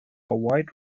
avoid